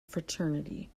fraternity